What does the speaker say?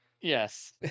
Yes